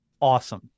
awesome